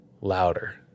louder